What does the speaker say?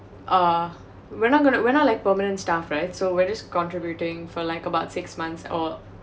uh we're not going we're not like permanent staff right so we're just contributing for like about six months or